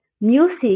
music